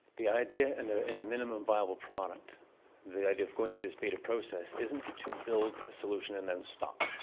the idea and ah in a minimum viable product the idea of going to this beta process isn't to build a solution and then stop.